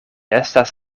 estas